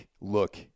look